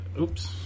oops